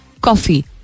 coffee